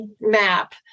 map